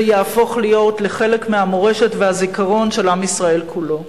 זה יהפוך להיות חלק מהמורשת והזיכרון של עם ישראל כולו.